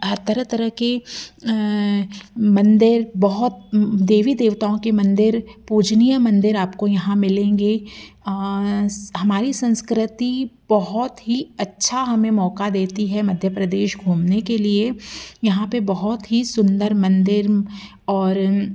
हर तरह तरह के मंदिर बहुत देवी देवताओं के मंदिर पूजनीय मंदिर आपको यहाँ मिलेंगे हमारी संस्कृति बहुत ही अच्छा हमें मौका देती है मध्य प्रदेश घूमने के लिए यहाँ पर बहुत ही सुंदर मंदिर और